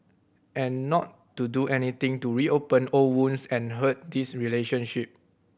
and not to do anything to reopen old wounds and hurt this relationship